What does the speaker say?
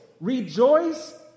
Rejoice